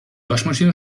waschmaschine